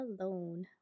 alone